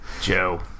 Joe